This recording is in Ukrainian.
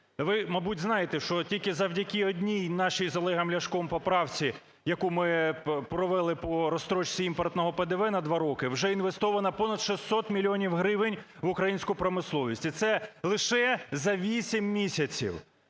Ви, мабуть, знаєте, що тільки завдяки одній нашій з Олегом Ляшком поправці, яку ми провели по розстрочці імпортного ПДВ на два роки, вже інвестовано понад 600 мільйонів гривень в українську промисловість. І це лише за 8 місяців.